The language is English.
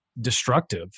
destructive